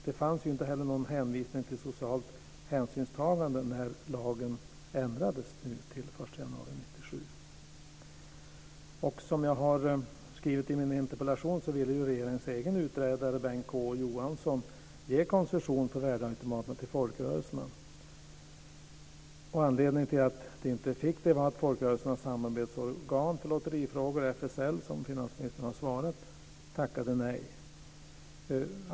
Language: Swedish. Det fanns ju inte heller någon hänvisning till socialt hänsynstagande när lagen ändrades den 1 januari 1997. Som jag har skrivit i min interpellation, ville ju regeringens egen utredare Bengt K Å Johansson ge koncession för värdeautomaterna till folkrörelserna. Anledningen till att det inte blev så var att Folkrörelsernas Samarbetsorgan för Spel och Lotterifrågor, FSL, tackade nej, som finansministern svarade.